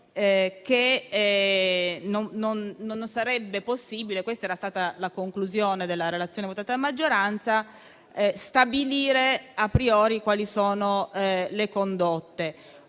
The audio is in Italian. che non sarebbe possibile - questa era la conclusione della relazione votata dalla maggioranza - stabilire *a priori* quali sono le condotte.